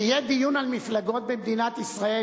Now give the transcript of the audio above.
וכשיהיה דיון על מפלגות במדינת ישראל,